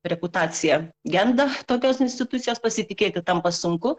reputacija genda tokios institucijos pasitikėti tampa sunku